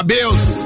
Bills